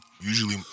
usually